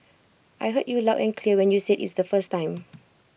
I heard you loud and clear when you said IT the first time